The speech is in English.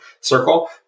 circle